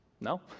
No